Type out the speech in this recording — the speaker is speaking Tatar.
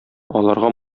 аларга